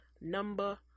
number